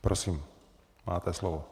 Prosím, máte slovo.